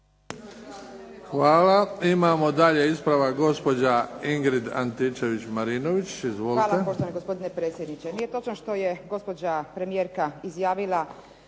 Hvala. Imamo dalje ispravak gospođa Ingrid Antičević-Marinović. Izvolite. **Antičević Marinović, Ingrid (SDP)** Hvala gospodine predsjedniče. Nije točno što je gospođa premijerka izjavila